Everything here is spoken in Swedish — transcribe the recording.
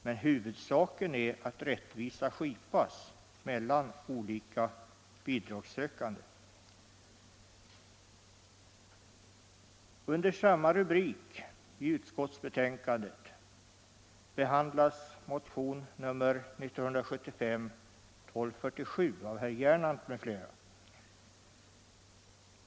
Men huvudsaken är att rättvisa skipas mellan olika bidragssökande. Under samma rubrik i utskottsbetänkandet behandlas motionen 1975:1247 av her Gernandt m.fl.